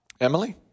Emily